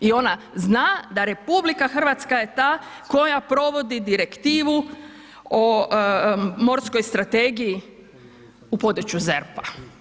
I ona zna da Republika Hrvatska je ta koja provodi direktivu o morskoj strategiji u području ZERP-a.